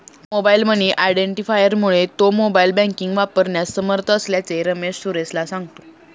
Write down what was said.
mobile money आयडेंटिफायरमुळे तो mobile banking वापरण्यास समर्थ असल्याचे रमेश सुरेशला सांगतो